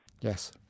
Yes